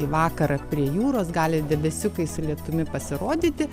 į vakarą prie jūros gali debesiukai su lietumi pasirodyti